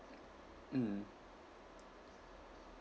mm